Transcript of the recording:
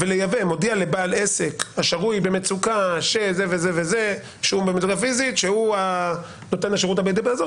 "מודיע לבעל עסק השרוי במצוקה" שכך וכך שהוא נותן השירות הבלעדי באזור,